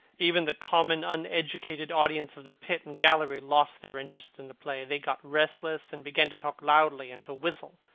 even the common uneducated audience of the pit and gallery lost their interest in the play. they got restless, and began to talk loudly and to whistle.